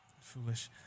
Foolish